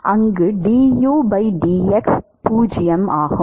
அங்கு du dx 0 ஆகும்